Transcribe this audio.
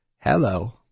hello